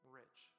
rich